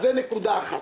זה נקודה אחת.